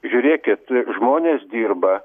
žiūrėkit žmonės dirba